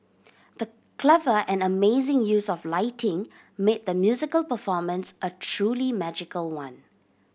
the clever and amazing use of lighting made the musical performance a truly magical one